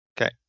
Okay